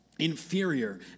inferior